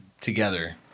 together